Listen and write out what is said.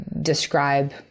describe